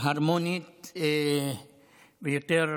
הרמונית ויותר